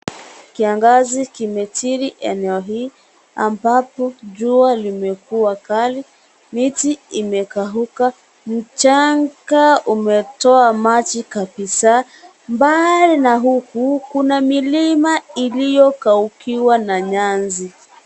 Kiangazi kimejiri eneo hii, ambapo jua limekuwa kali. Miti imekauka. Mchanga umetoa maji kabisa. Mbali na huku, kuna milima iliyokauka na nyasi.